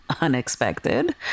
unexpected